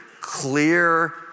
clear